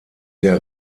der